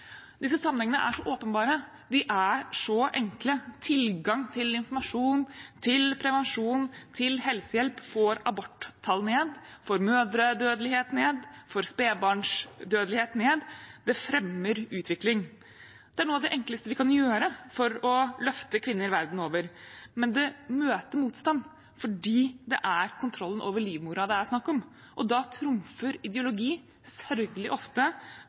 Disse sammenhengene er så åpenbare, de er så enkle. Tilgang til informasjon, til prevensjon, til helsehjelp får aborttall ned, får mødredødelighet ned, får spedbarnsdødelighet ned, det fremmer utvikling. Det er noe av det enkleste vi kan gjøre for å løfte kvinner verden over, men det møter motstand fordi det er kontrollen over livmora det er snakk om. Da trumfer ideologi sørgelig ofte